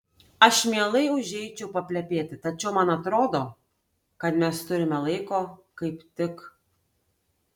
aš mielai užeičiau paplepėti tačiau man atrodo kad mes turime laiko kaip tik